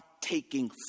taking